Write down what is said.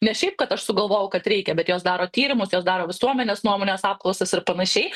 ne šiaip kad aš sugalvojau kad reikia bet jos daro tyrimus jos daro visuomenės nuomonės apklausas ir panašiai